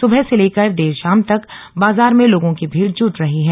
सुबह से लेकर देर शाम तक बाजार में लोगों की भीड़ जूट रही है